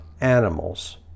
animals